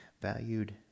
Valued